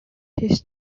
this